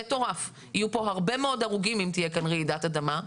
יהיו פה הרבה מאוד הרוגים אם תהיה כאן רעידת אדמה.